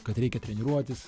kad reikia treniruotis